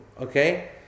Okay